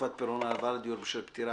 תקופת פירעון הלוואה לדיור בשל פטירה),